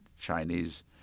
Chinese